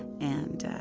and, ah,